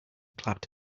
clapped